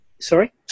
Sorry